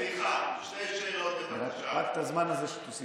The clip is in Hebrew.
סליחה, שתי שאלות, בבקשה.